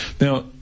now